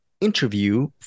interview